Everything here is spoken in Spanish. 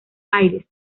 aires